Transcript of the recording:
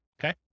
Okay